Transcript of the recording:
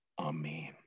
Amen